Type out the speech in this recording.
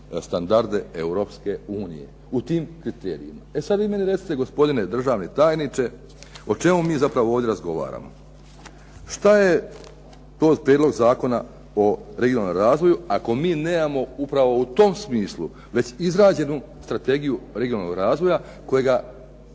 standarde Europske unije u tim kriterijima. E sada vi meni recite gospodine državni tajniče o čemu mi zapravo ovdje razgovaramo? Što je to prijedlog Zakona o regionalnom razvoju ako mi nemamo upravo u tom smislu već izrađenu strategiju regionalnog razvoja kojega